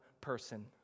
person